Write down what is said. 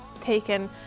taken